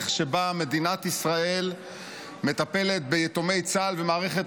שבה מדינת ישראל מטפלת ביתומי צה"ל ומערכת